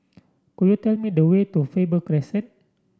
could you tell me the way to Faber Crescent